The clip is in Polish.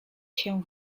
się